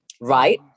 right